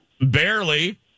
Barely